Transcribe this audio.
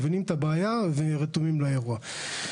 מבינים את הבעיה ורתומים לאירוע.